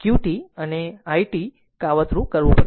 Q t અને i t કાવતરું કરવું પડશે